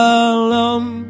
alone